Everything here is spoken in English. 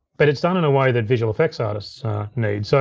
but it's done in a way that visual effects artists need. so